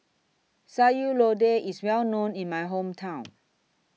Sayur Lodeh IS Well known in My Hometown